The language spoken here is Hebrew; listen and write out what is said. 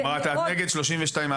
כלומר, את נגד 32א(3).